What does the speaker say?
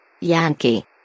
Yankee